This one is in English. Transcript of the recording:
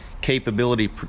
capability